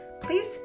Please